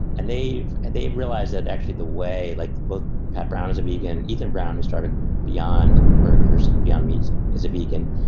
and they've they've realized that actually the way like both pat brown is a vegan. ethan brown, who started beyond burgers on meats, is a vegan.